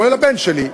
כולל הבן שלי,